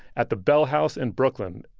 at the bell house in brooklyn.